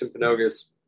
Timpanogos